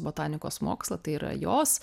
botanikos mokslą tai yra jos